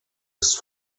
ist